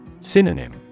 Synonym